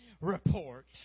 report